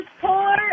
poor